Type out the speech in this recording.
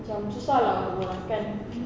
macam susah lah kan